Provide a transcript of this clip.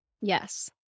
Yes